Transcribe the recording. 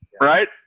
right